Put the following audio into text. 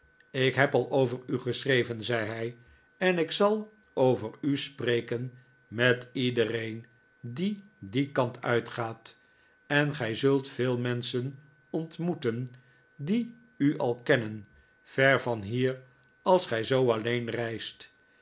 ik heb al over u geschreven zei hij en ik zal over u spreken met iedereen die dien kant uitgaat en gij zult veel menschen ontmoeten die u al kennen ver van hier als gij zoo alleen reist